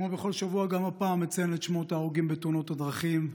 כמו בכל שבוע גם הפעם אציין את שמות ההרוגים בתאונות הדרכים,